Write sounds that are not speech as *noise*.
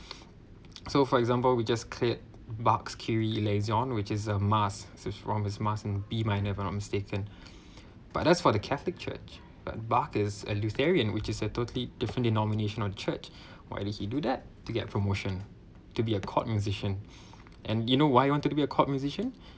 *breath* so for example we just cleared box kiwi liaison which is a mass says from his mass in B minor if I'm not mistaken *breath* but that's for the catholic church but bacchus is a lieutenant which is a totally different denomination on church why did he do that to get promotion to be a court musician *breath* and you know why he wanted to be a court musician *breath*